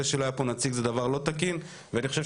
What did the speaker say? זה שלא היה פה נציג זה דבר לא תקין ואני חושב